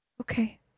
Okay